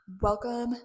welcome